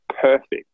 perfect